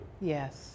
Yes